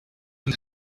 and